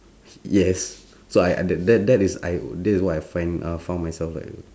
yes so I that that that is I what I find uh found myself like that